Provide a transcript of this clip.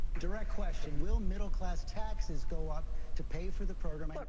direct question will middle-class taxes go up to pay for the program? look,